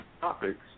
topics